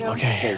Okay